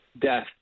death